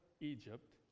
Egypt